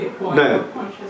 No